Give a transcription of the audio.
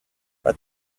but